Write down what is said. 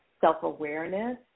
self-awareness